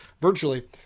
virtually